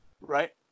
Right